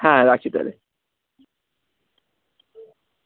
হ্যাঁ রাখছি তাহলে